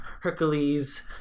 Hercules